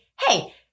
hey